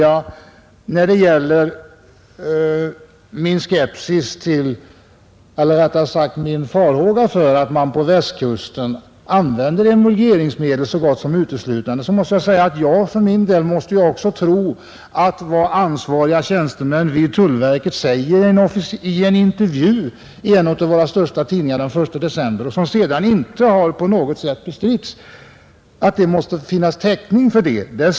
Vad gäller mina farhågor över att man på Västkusten så gott som uteslutande använder emulgeringsmedel vill jag säga att jag utgått från att det finns täckning för vad ansvariga tjänstemän i tullverket sagt i en intervju i en av våra största tidningar den 1 december 1970 och vilket sedan inte på något sätt bestridits.